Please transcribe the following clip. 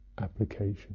application